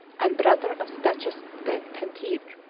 and brother of the duchess de penthievre.